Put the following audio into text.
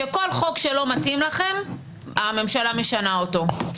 שכל חוק שלא מתאים לכם הממשלה משנה אותו.